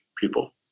people